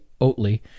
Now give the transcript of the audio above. Oatley